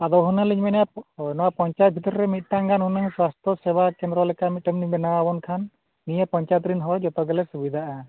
ᱟᱫᱚ ᱦᱩᱱᱟᱹᱝ ᱞᱤᱧ ᱢᱮᱱᱮᱫᱼᱟ ᱱᱚᱣᱟ ᱯᱚᱧᱪᱟᱭᱮᱛ ᱵᱷᱤᱛᱨᱤ ᱨᱮ ᱢᱤᱫᱴᱟᱝ ᱜᱟᱱ ᱦᱩᱱᱟᱹᱝ ᱥᱟᱥᱛᱷᱚ ᱥᱮᱵᱟ ᱠᱮᱱᱫᱨᱚ ᱞᱮᱠᱟ ᱢᱤᱫᱴᱮᱱ ᱵᱮᱱᱟᱣ ᱟᱵᱚᱱ ᱠᱷᱟᱱ ᱱᱤᱭᱟᱹ ᱯᱚᱧᱪᱟᱭᱮᱛ ᱨᱮᱱ ᱦᱚᱲ ᱡᱚᱛᱚ ᱜᱮᱞᱮ ᱥᱩᱵᱤᱫᱷᱟᱜᱼᱟ